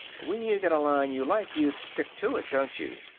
when you get a line you like you stick to it, don't you?